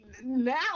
Now